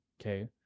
okay